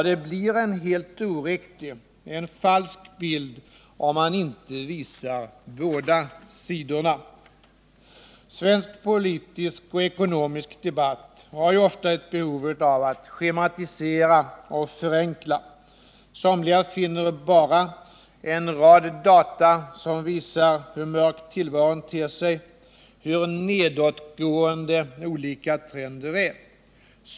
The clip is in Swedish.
Det blir en helt oriktig och falsk bild, om man inte visar båda sidorna. Svensk politisk och ekonomisk debatt har ju ofta ett behov av att schematisera och förenkla. Somliga finner bara en rad data som visar hur mörk tillvaron ter sig, hur nedåtgående olika trender är.